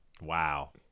Wow